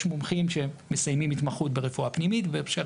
יש מומחים שמסיימים התמחות ברפואה פנימית ובהמשך